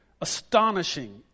astonishing